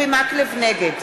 נגד